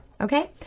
Okay